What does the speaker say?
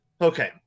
Okay